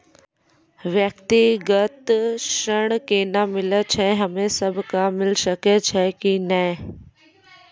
व्यक्तिगत ऋण केना मिलै छै, हम्मे सब कऽ मिल सकै छै कि नै?